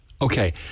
Okay